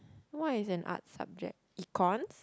what is an art subject econs